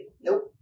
Nope